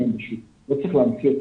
לא צריך להמציא אותם,